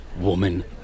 woman